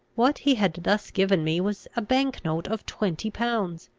what he had thus given me was a bank-note of twenty pounds.